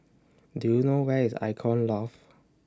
Do YOU know Where IS Icon Loft